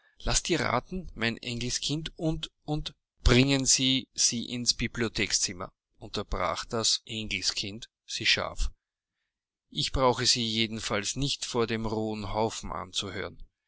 laß dir raten mein engelskind und und bringen sie sie ins bibliothekzimmer unterbrach das engelskind sie scharf ich brauche sie ebenfalls nicht vor dem rohen haufen anzuhören